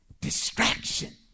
Distraction